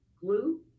glue